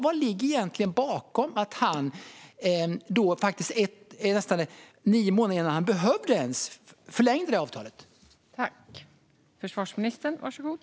Vad ligger egentligen bakom att han, nästan nio månader innan det ens behövdes, förlängde det här avtalet?